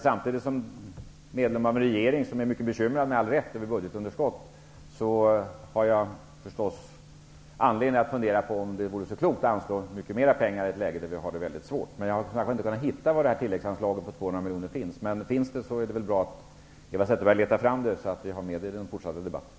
Samtidigt har jag, som medlem av en regering som med all rätt är mycket bekymrad över budgetunderskottet, anledning att fundera över om det vore klokt att anslå mer pengar i ett läge där vi har det mycket svårt. Som sagt var, har jag inte kunnat se var detta tilläggsanslag på 200 miljoner finns. Om det finns vore det bra om Eva Zetterberg letade fram det, så att vi kan ha med det i den fortsatta debatten.